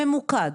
ממוקד,